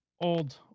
old